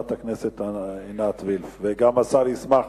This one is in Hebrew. חברת הכנסת עינת וילף, וגם השר ישמח